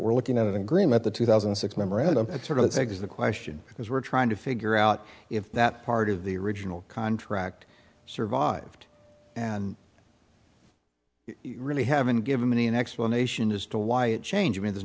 we're looking at an agreement the two thousand and six memorandum that sort of cigs the question because we're trying to figure out if that part of the original contract survived and you really haven't given me an explanation as to why it changed me there's